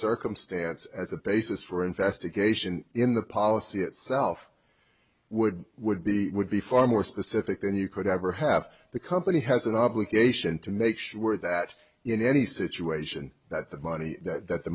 circumstance as a basis for investigation in the policy itself would would be would be far more specific then you could ever have the company has an obligation to make sure that in any situation that the money that th